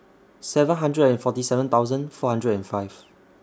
seven hundred and forty seven thousand four hundred and five